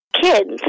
kids